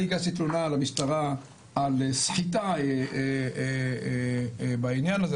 אני הגשתי תלונה למשטרה על סחיטה בענין הזה.